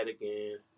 again